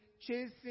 chasing